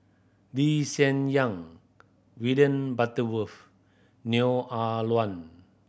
Lee Hsien Yang William Butterworth Neo Ah Luan